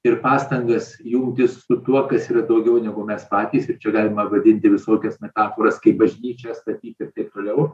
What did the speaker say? ir pastangas jungtis su tuo kas yra daugiau negu mes patys ir čia galima vadinti visokias metaforas kaip bažnyčias statyt ir taip toliau